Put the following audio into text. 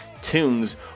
tunes